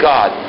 God